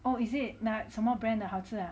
oh is it 那什么 brand 的好吃啊